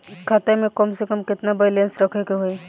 खाता में कम से कम केतना बैलेंस रखे के होईं?